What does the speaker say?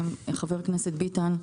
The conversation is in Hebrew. חבר הכנסת ביטן,